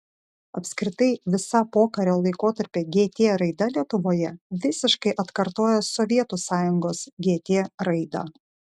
apskritai visa pokario laikotarpio gt raida lietuvoje visiškai atkartoja sovietų sąjungos gt raidą